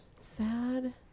sad